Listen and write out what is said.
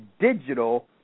Digital